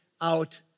out